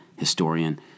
historian